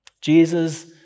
Jesus